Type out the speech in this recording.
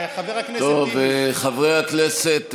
חבר הכנסת טיבי.